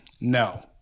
no